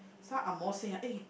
some angmoh say ah eh